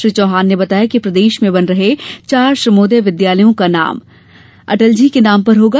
श्री चौहान ने बताया कि प्रदेश में बन रहे चार श्रमोदय विद्यालयों का नामकरण अटल जी के नाम पर होगा